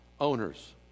owners